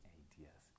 ideas